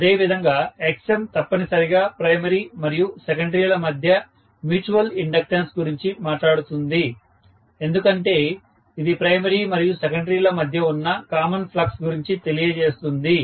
అదేవిధంగా Xm తప్పనిసరిగా primary మరియు సెకండరీల మధ్య మ్యూచువల్ ఇండక్టన్స్ గురించి మాట్లాడుతుంది ఎందుకంటే ఇది ప్రైమరీ మరియు సెకండరీల మధ్య ఉన్న కామన్ ఫ్లక్స్ గురించి తెలియజేస్తుంది